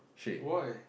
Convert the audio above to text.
why